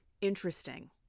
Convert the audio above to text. Interesting